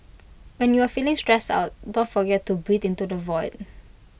when you are feeling stressed out don't forget to breathe into the void